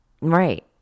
Right